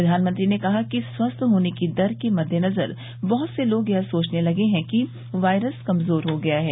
प्रधानमंत्री ने कहा कि स्वस्थ होने की अच्छी दर के मद्देनजर बहुत से लोग सोचने लगे हैं कि वायरस कमजोर हो गया है